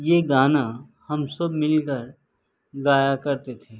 یہ گانا ہم سب مل کر گایا کرتے تھے